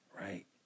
right